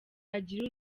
agira